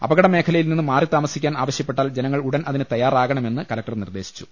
അപകടമേഖലയിൽനിന്ന് മാറിത്താമസിക്കാൻ ആവശ്യപ്പെ ട്ടാൽ ജനങ്ങൾ ഉടൻ അതിന് തയ്യാറാകണമെന്ന് കലക്ടർ നിർദ്ദേ ശിച്ചു